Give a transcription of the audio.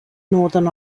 northern